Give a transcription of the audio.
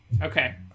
Okay